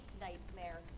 nightmare